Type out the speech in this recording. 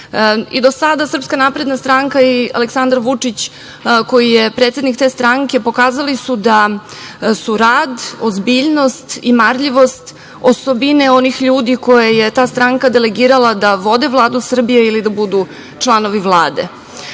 da vodimo napred. Do sada su SNS i Aleksandar Vučić, koji je predsednik te stranke, pokazali da su rad, ozbiljnost i marljivost osobine onih ljudi koje je ta stranka delegirala da vode Vladu Srbije ili da budu članovi Vlade. Želim